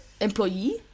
employee